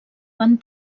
van